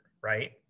right